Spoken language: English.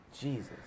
Jesus